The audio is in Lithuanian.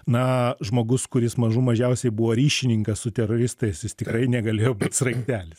na žmogus kuris mažų mažiausiai buvo ryšininkas su teroristais jis tikrai negalėjo būt sraigtelis